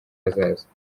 hazaza